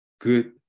good